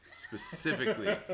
specifically